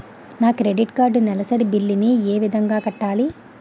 నా credit card నెలసరి bill ని ఏ విధంగా కట్టాలి?